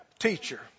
Teacher